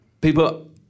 People